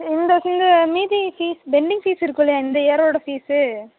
இந்த இந்த மீதி ஃபீஸ் பெண்டிங் ஃபீஸ் இருக்கும் இல்லையா இந்த இயரோட ஃபீஸு